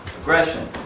aggression